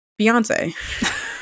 Beyonce